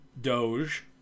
Doge